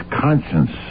conscience